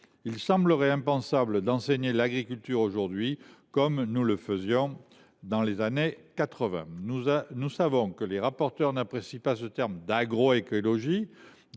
Il serait impensable d’enseigner l’agriculture aujourd’hui comme nous le faisions dans les années 1980. Nous savons que les rapporteurs n’apprécient pas le terme « agroécologie